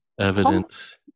Evidence